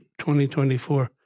2024